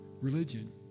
religion